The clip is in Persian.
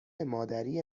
مادری